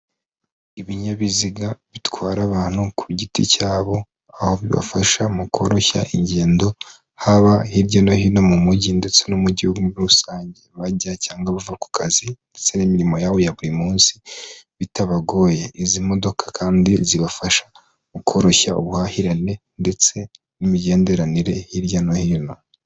Ibinyabiziga bitwara abantu ku giti cyabo aho bibafasha mu koroshya ingendo haba hirya no hino mu mujyi ndetse no mu gihugu rusange bajya cyangwa bava ku kazi, ndetse n'imirimo yabo ya buri munsi bitabagoye izi modoka kandi zibafasha mu koroshya ubuhahirane ndetse n'imigenderanire hirya no hino.